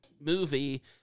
movie